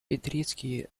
петрицкий